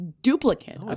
duplicate